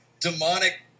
demonic